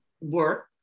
work